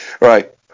Right